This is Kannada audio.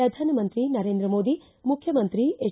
ಪ್ರಧಾನಮಂತ್ರಿ ನರೇಂದ್ರ ಮೋದಿ ಮುಖ್ಯಮಂತ್ರಿ ಎಚ್